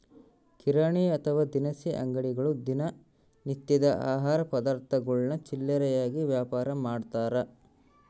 ಕಿರಾಣಿ ಅಥವಾ ದಿನಸಿ ಅಂಗಡಿಗಳು ದಿನ ನಿತ್ಯದ ಆಹಾರ ಪದಾರ್ಥಗುಳ್ನ ಚಿಲ್ಲರೆಯಾಗಿ ವ್ಯಾಪಾರಮಾಡ್ತಾರ